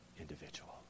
individual